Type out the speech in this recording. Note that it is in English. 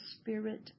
spirit